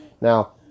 Now